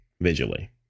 visually